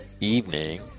evening